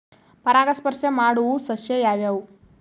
ಪರಾಗಸ್ಪರ್ಶ ಮಾಡಾವು ಸಸ್ಯ ಯಾವ್ಯಾವು?